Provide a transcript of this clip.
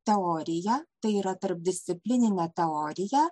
teorija tai yra tarpdisciplininė teorija